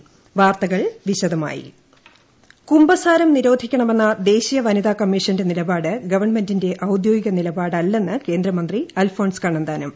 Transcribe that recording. ടടടടടടടടടടടട അൽഫോൺസ് കണ്ണന്താനം കുമ്പസാരം നിരോധിക്കണമെന്ന ദേശീയ വനിതാ കമ്മീഷന്റെ നിലപാട് ഗവൺമെന്റിന്റെ ഔദ്യോഗിക നിലപാടല്ലെന്ന് കേന്ദ്രമന്ത്രി അൽഫോൺസ് കണ്ണന്താനം